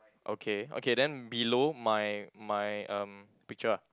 okay okay then below my my um picture ah